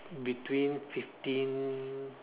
between fifteen